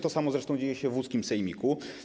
To samo zresztą dzieje się w łódzkim sejmiku.